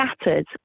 scattered